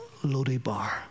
Lodibar